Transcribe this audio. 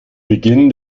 beginn